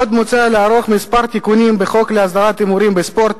עוד מוצע לערוך כמה תיקונים בחוק להסדר ההימורים בספורט,